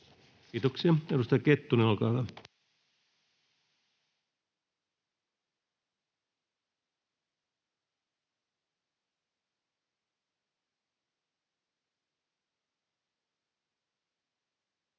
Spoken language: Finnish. Kiitoksia. — Edustaja Kettunen, olkaa hyvä.